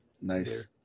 nice